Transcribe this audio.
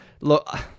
look